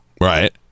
Right